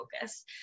focus